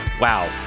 Wow